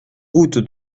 route